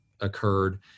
occurred